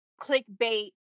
clickbait